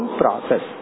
process